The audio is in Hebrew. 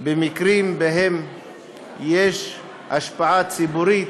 במקרים שבהם יש השפעה ציבורית,